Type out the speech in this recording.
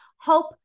hope